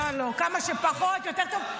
לא, לא, כמה שפחות יותר טוב.